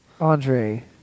Andre